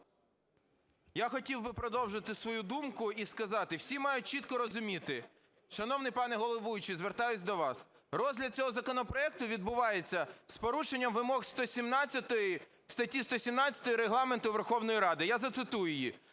Я хотів би продовжити свою думку і сказати, всі мають чітко розуміти, шановний пане головуючий, звертаюся до вас, розгляд цього законопроекту відбувається з порушенням вимог статті 117 Регламенту Верховної Ради, я зацитую її: